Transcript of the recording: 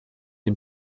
dem